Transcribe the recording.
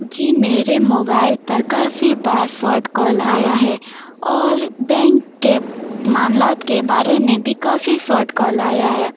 جی میرے موبائل پر کافی بار فراڈ کال آیا ہے اور بینک کے معاملات کے بارے میں بھی کافی فراڈ کال آیا ہے